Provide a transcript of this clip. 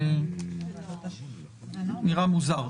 נראה מוזר,